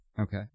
Okay